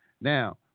Now